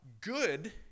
Good